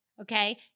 okay